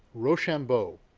rochambeau,